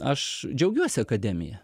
aš džiaugiuosi akademija